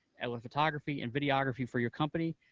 and with photography and videography for your company,